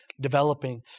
developing